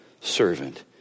servant